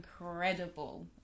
incredible